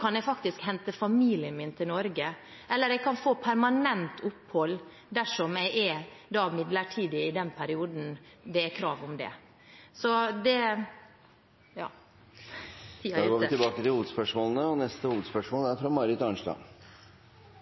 kan jeg faktisk hente familien min til Norge, eller jeg kan få permanent opphold dersom jeg er midlertidig i den perioden det er krav om det. Vi går videre til neste hovedspørsmål. For variasjonens skyld går mitt spørsmål til klima- og